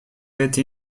эти